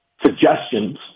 suggestions